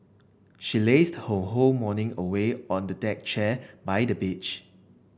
she lazed her whole morning away on a deck chair by the beach